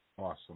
Awesome